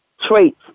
traits